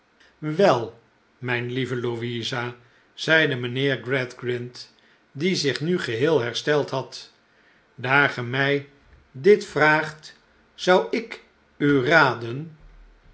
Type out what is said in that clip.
wel mijn lieve louisa zeide mijnheer gradgrind die zich nu geheel hersteld had daar ge mij dit vraagt zou ik u raden